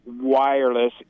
wireless